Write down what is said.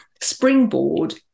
springboard